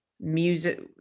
music